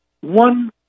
One